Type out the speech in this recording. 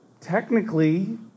technically